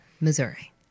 Missouri